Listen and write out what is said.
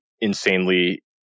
insanely